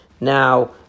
Now